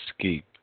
escape